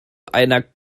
einer